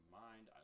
mind